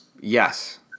Yes